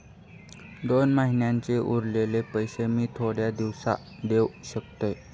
दोन महिन्यांचे उरलेले पैशे मी थोड्या दिवसा देव शकतय?